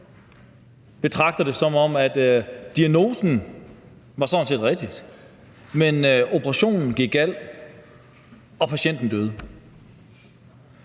jeg betragter det, som om diagnosen sådan set var rigtig, men at operationen gik galt og patienten døde.